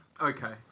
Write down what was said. Okay